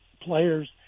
players